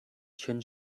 chin